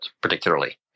particularly